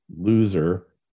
loser